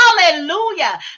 hallelujah